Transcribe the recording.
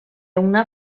una